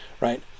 right